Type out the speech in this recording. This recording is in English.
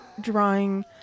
drawing